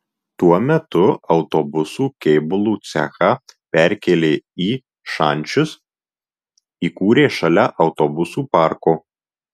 tuo metu autobusų kėbulų cechą perkėlė į šančius įkūrė šalia autobusų parko